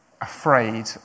afraid